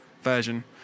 version